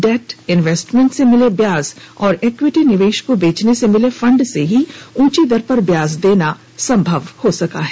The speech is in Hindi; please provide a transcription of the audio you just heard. डेट इनवेस्टमेंट से मिले ब्याज और इक्विटी निवेश को बेचने से मिले फंड से ही उंची दर पर ब्याज देना संभव हुआ है